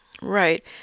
Right